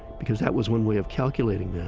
because that was one way of calculating that,